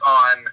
on